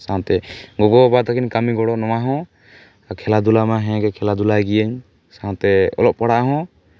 ᱥᱟᱶᱛᱮ ᱜᱚᱜᱚ ᱵᱟᱵᱟ ᱛᱟᱹᱠᱤᱱ ᱠᱟᱹᱢᱤ ᱜᱚᱲᱚ ᱱᱚᱣᱟ ᱦᱚᱸ ᱠᱷᱮᱞᱟᱫᱷᱩᱞᱟ ᱢᱟ ᱦᱮᱸᱜᱮ ᱠᱷᱮᱞᱟᱫᱷᱩᱞᱟᱭ ᱜᱮᱭᱟᱹᱧ ᱥᱟᱶᱛᱮ ᱚᱞᱚᱜ ᱯᱟᱲᱦᱟᱜ ᱦᱚᱸ